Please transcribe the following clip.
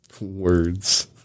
Words